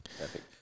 Perfect